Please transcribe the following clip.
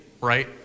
right